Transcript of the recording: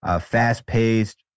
fast-paced